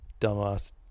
dumbass